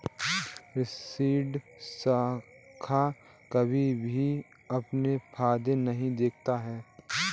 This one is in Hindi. ऋण संघ कभी भी अपने फायदे नहीं देखता है